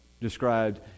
described